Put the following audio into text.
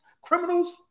criminals